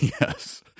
Yes